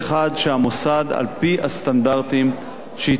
על-פי הסטנדרטים שהציבה הוועדה הבודקת,